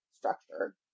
structured